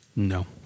No